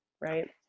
right